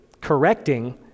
correcting